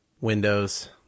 Windows